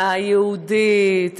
היהודית,